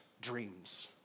dreams